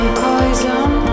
poison